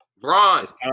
bronze